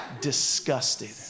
disgusted